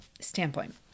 standpoint